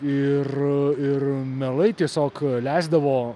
ir ir mielai tiesiog leisdavo